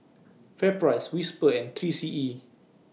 FairPrice Whisper and three C E